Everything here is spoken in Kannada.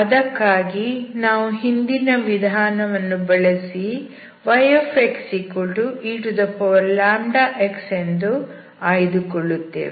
ಅದಕ್ಕಾಗಿ ನಾವು ಹಿಂದಿನ ವಿಧಾನವನ್ನು ಬಳಸಿ yxeλx ಎಂದು ಆಯ್ದುಕೊಳ್ಳುತ್ತೇವೆ